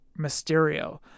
Mysterio